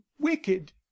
wicked